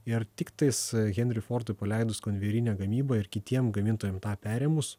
ir tiktais henri fordui paleidus konvejerinę gamybą ir kitiem gamintojam tą perėmus